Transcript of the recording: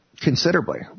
considerably